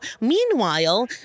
Meanwhile